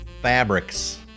fabrics